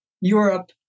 Europe